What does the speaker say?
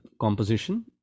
composition